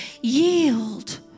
Yield